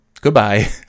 Goodbye